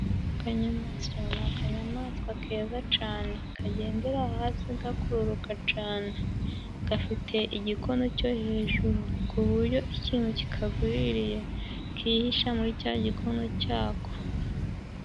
Akanyamasyo ni ikanyamaswa keza cane, kagendera hasi gakururuka cane. Gafite igikono cyo hejuru, ku buryo ikintu kikagwiririye kihisha muri cya gikono cyako.